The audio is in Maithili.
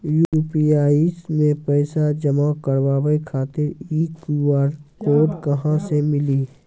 यु.पी.आई मे पैसा जमा कारवावे खातिर ई क्यू.आर कोड कहां से मिली?